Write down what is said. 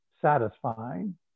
satisfying